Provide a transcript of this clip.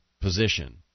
position